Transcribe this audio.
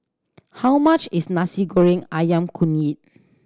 how much is Nasi Goreng Ayam Kunyit